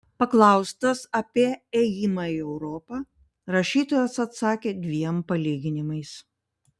paklaustas apie ėjimą į europą rašytojas atsakė dviem palyginimais